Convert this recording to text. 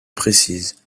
précises